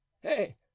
Hey